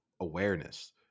awareness